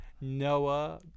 Noah